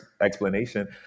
explanation